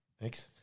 Thanks